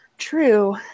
true